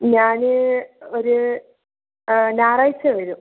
ഞാൻ ഒരു ആ ഞായറാഴ്ച്ച വരും